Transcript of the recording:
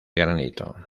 granito